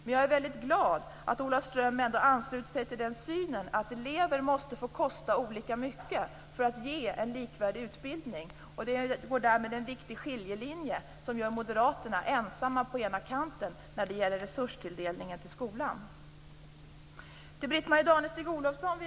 Men jag är väldigt glad att Ola Ström ändå ansluter sig till synen att elever måste få kosta olika mycket för att man skall kunna ge dem en likvärdig utbildning. Där går det alltså en skiljelinje, som gör Moderaterna ensamma på den ena kanten när det gäller resurstilldelningen till skolan.